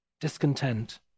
discontent